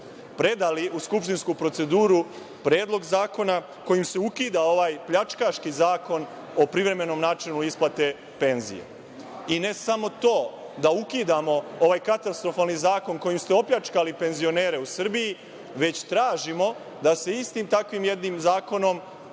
predali u skupštinsku proceduru Predlog zakona kojim se ukida ovaj pljačkaški Zakon o privremenom načinu isplate penzija i ne samo to da ukidamo ovaj katastrofalni zakon kojim ste opljačkali penzionere u Srbiji, već tražimo da se istim takvim jednim zakonom